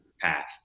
path